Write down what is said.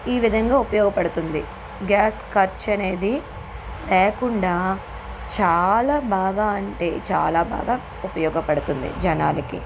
ఈ విధంగా ఉపయోగపడుతుంది గ్యాస్ ఖర్చు అనేది లేకుండా చాలా బాగా అంటే చాలా బాగా ఉపయోగపడుతుంది జనాలకి